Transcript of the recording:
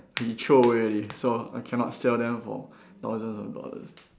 he throw away already so I cannot sell them for thousands of dollars